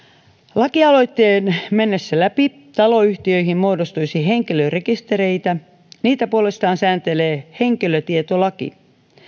lakialoitteen mennessä läpi taloyhtiöihin muodostuisi henkilörekistereitä niitä puolestaan sääntelee henkilötietolaki